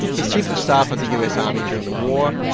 he's chief of staff of the u s. army during the war.